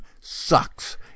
sucks